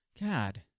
God